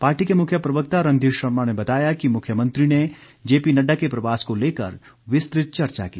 party के मुख्य प्रवक्ता रणधीर शर्मा ने बताया कि मुख्यमंत्री ने जेपी नडडा के प्रवास को लेकर विस्तृत चर्चा की